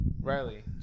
Riley